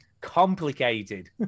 complicated